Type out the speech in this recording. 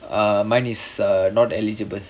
err mine is err not eligible